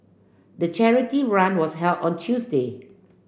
the charity run was held on Tuesday